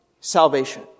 salvation